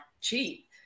cheap